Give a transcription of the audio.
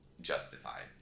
justified